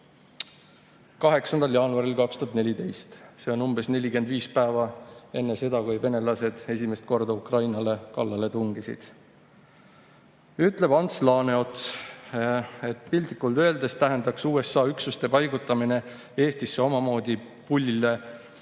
jaanuaril 2014, umbes 45 päeva enne seda, kui venelased esimest korda Ukrainale kallale tungisid, ütles Ants Laaneots, et piltlikult öeldes tähendaks USA üksuste paigutamine Eestisse omamoodi pullile punase